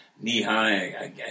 knee-high